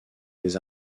des